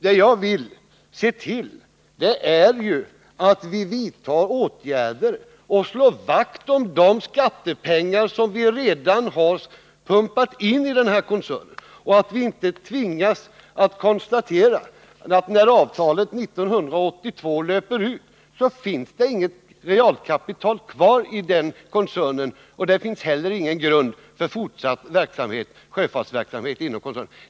Vad jag vill åstadkomma är att vi vidtar åtgärder och slår vakt om de skattepengar som vi redan har pumpat in i den här koncernen, så att vi inte när avtalet löper ut 1982 tvingas konstatera att det inte finns något kapital kvar i koncernen och inte heller några förutsättningar för en fortsatt sjöfartsverksamhet.